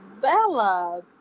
bella